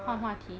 换话题